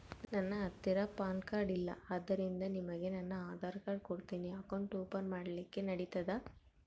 ನನ್ನ ಹತ್ತಿರ PAN card ಇಲ್ಲ ಆದ್ದರಿಂದ ನಿಮಗೆ ನನ್ನ ಆಧಾರ್ ಕಾರ್ಡ್ ಕೊಡ್ತೇನಿ ಅಕೌಂಟ್ ಓಪನ್ ಮಾಡ್ಲಿಕ್ಕೆ ನಡಿತದಾ?